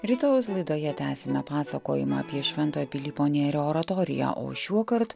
rytojaus laidoje tęsime pasakojimą apie švento pilypo nėrio oratoriją o šiuokart